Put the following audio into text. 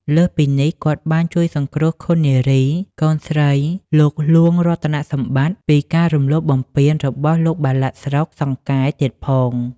លើសពីនេះ គាត់បានជួយសង្គ្រោះឃុននារី កូនស្រីលោកហ្លួងរតនសម្បត្តិ ពីការរំលោភបំពានរបស់លោកបាឡាត់ស្រុកសង្កែទៀតផង។